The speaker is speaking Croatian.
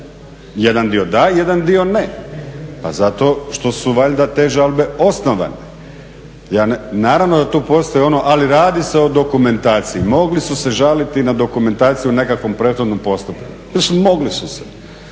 Jedan dio dan, jedan dio ne. Pa zato što su valjda te žalbe osnovane, naravno da tu postoji ono, ali radi se o dokumentaciji, mogli su se žaliti na dokumentaciju u nekakvom prethodnom postupku. Mogli su se,